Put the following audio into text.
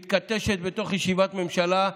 מתכתשת בתוך ישיבת ממשלה,